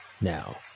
Now